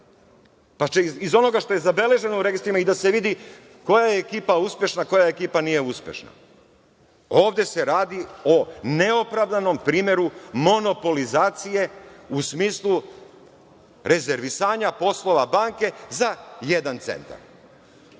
pa će iz ovoga što je zabeleženo u registrima i da se vidi koja je ekipa uspešna a koja ekipa nije uspešna. Ovde se radi o neopravdanom primeru monopolizacije u smislu rezervisanja poslova banke za jedan centar.